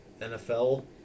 NFL